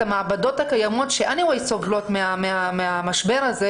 המעבדות הקיימות שגם כך סובלות מהמשבר הזה,